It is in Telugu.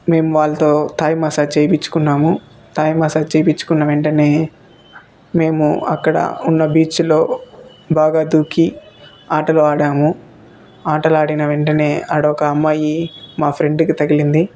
మేము వాళ్ళతో థాయ్ మసాజ్ చేపించుకున్నాము థాయ్ మసాజ్ చేయించుకున్న వెంటనే మేము అక్కడ ఉన్న బీచ్లో బాగా దూకి ఆటలు ఆడాము ఆటలు ఆడిన వెంటనే ఆడ ఒక అమ్మాయి మా ఫ్రెండుకి తగిలింది